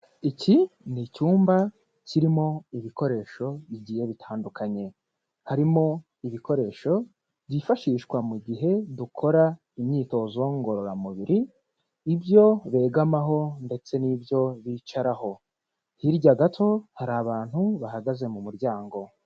Iki ni icyumba kirimo ibikoresho bigiye bitandukanye, harimo ibikoresho byifashishwa mu gihe dukora imyitozo ngororamubiri, ibyo begamaho, ndetse n'ibyo bicaraho. Hirya gato hari abantu bahagaze mu muryango.